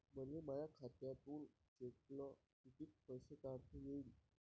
मले माया खात्यातून चेकनं कितीक पैसे काढता येईन?